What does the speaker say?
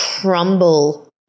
crumble